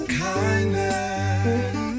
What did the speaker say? kindness